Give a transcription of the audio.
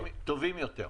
תנאים טובים יותר.